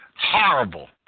Horrible